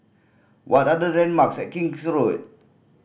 what are the landmarks and King's Road